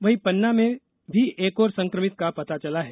वहीं पन्ना में भी एक और सकमित का पता चला है